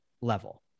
level